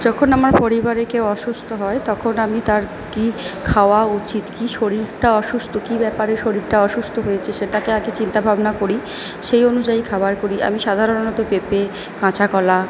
যখন আমার পরিবারে কেউ অসুস্থ হয় তখন আমি তার কি খাওয়া উচিত কি শরীরটা অসুস্থ কি ব্যাপারে শরীরটা অসুস্থ হয়েছে সেটাকে আগে চিন্তা ভাবনা করি সেই অনুযায়ী খাবার করি আমি সাধারণত পেঁপে কাঁচা কলা